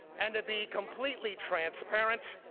and to be completely transparent,